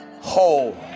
whole